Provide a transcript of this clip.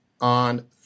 on